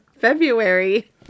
February